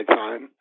time